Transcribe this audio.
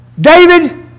David